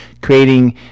creating